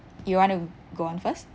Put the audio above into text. you want to go on first